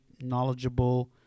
knowledgeable